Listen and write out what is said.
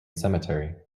cemetery